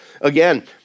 Again